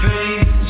Face